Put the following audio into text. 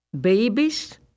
Babies